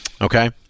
Okay